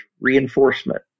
reinforcement